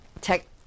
tech